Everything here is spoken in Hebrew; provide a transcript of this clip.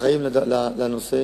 שהאחראים לנושא